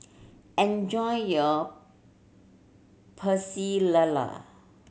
enjoy your Pecel Lele